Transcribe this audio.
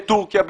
בתורכיה,